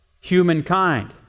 Humankind